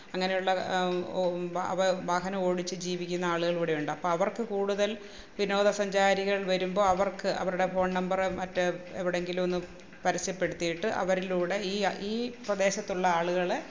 അങ്ങനെയുള്ള വാഹനം ഓടിച്ച് ജീവിക്കുന്ന ആളുകൾ ഇവിടെ ഉണ്ട് അപ്പോൾ അവര്ക്ക് കൂടുതല് വിനോദസഞ്ചാരികള് വരുമ്പോൾ അവര്ക്ക് അവരുടെ ഫോണ് നമ്പർ മറ്റ് എവിടെയെങ്കിലും ഒന്ന് പരസ്യപ്പെടുത്തിയിട്ട് അവരിലൂടെ ഈ ഈ പ്രദേശത്തുള്ള ആളുകളെ